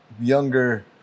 younger